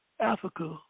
Africa